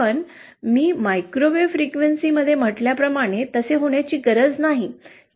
पण मी मायक्रोवेव्ह फ्रिक्वेन्सीमध्ये म्हटल्याप्रमाणे तसे होण्याची गरज नाही